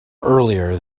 earlier